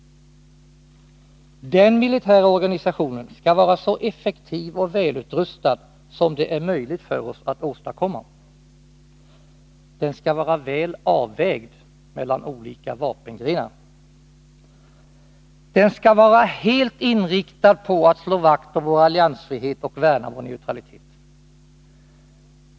Den militära organisationen skall vara så effektiv och välutrustad som det är möjligt för oss att åstadkomma. Den skall vara väl avvägd mellan olika vapengrenar. Den skall vara helt inriktad på att slå vakt om vår alliansfrihet och värna vår neutralitet.